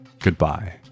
goodbye